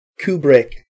kubrick